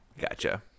Gotcha